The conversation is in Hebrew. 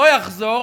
לא יחזור,